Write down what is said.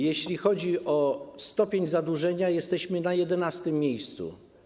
Jeśli chodzi o stopień zadłużenia, jesteśmy na 11 miejscu.